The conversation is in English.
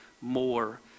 more